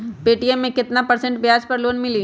Paytm मे केतना percent ब्याज पर लोन मिली?